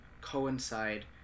coincide